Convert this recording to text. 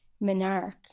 Monarch